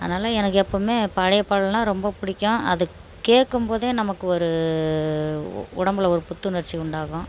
அதனால் எனக்கு எப்போவுமே பழைய பாடல்னா ரொம்ப பிடிக்கும் அதற்கேக்கும் போதே நமக்கு ஒரு உடம்புல ஒரு புத்துணர்ச்சி உண்டாகும்